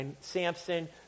Samson